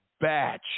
batch